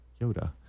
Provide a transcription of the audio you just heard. Yoda